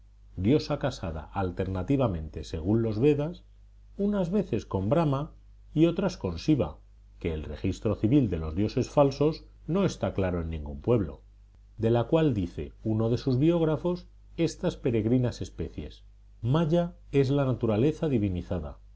diosa casada alternativamente según los vedas unas veces con brahma y otras con siva que el registro civil de los dioses falsos no está muy claro en ningún pueblo de la cual dice uno de sus biógrafos estas peregrinas especies maya es la naturaleza divinizada